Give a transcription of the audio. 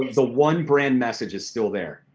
the one brand message is still there?